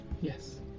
Yes